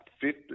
fifth